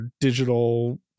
digital